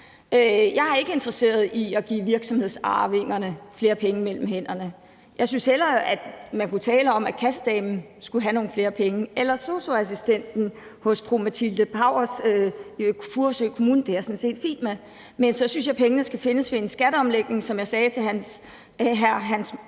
Jeg er ikke interesseret i at give virksomhedsarvingerne flere penge mellem hænderne. Jeg synes hellere, at man kunne tale om, at kassedamen skulle have nogle flere penge, eller sosu-assistenten, som fru Matilde Powers talte om, i Furesø Kommune. Det har jeg det sådan set fint med. Men så synes jeg, pengene skal findes ved en skatteomlægning. Som jeg sagde til hr. Hans